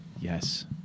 Yes